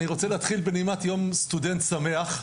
אני רוצה להתחיל בנימת יום סטודנט שמח,